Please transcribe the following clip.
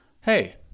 Hey